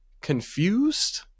confused